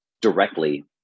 directly